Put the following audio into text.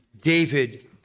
David